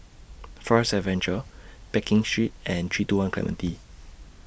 Forest Adventure Pekin Street and three two one Clementi